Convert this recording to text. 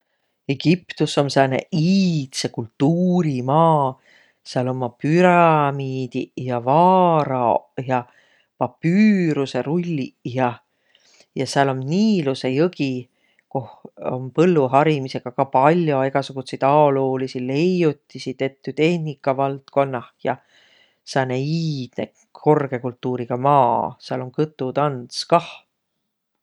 Egiptus om sääne iidse kultuuri maa. Sääl ommaq pürämiidiq ja vaaraoq ja papüürusõrulliq ja sääl om Niilusõ jägi, koh om põlluharimisõga ka pall'o egäsugutsit aoluuliidsi leiutiisi tettü tehniga valdkonnah ja. Sääne iidne korgõ kultuuriga maa. Sääl om kõtutands kah.